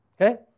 okay